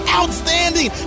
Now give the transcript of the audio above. outstanding